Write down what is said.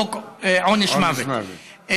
חוק עונש מוות,